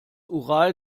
ural